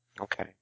Okay